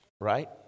Right